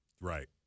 Right